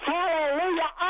Hallelujah